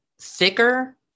thicker